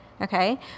okay